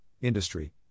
industry